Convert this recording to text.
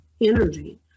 energy